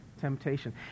temptation